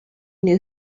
knew